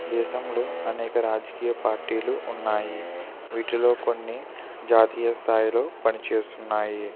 దేశంలో అనేక రాజకీయ పార్టీలు ఉన్నాయి వీటిలో కొన్ని జాతీయ స్థాయిలో పనిచేస్తున్నాయి